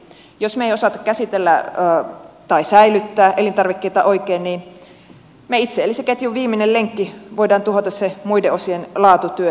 jos me emme osaa käsitellä tai säilyttää elintarvikkeita oikein niin me itse eli se ketjun viimeinen lenkki voimme tuhota sen muiden osien laatutyön